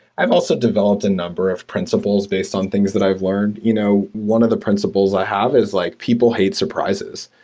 i've also developed a number of principles based on things that i've learned. you know one of the principles i have is like people hate surprises.